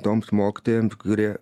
toms mokytojoms kurie